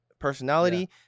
personality